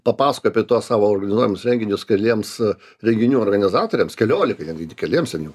papasakoju apie tuos savo organizuojamus renginius keliems renginių organizatoriams keliolikai netgi ne keliems ten jų